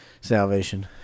salvation